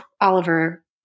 Oliver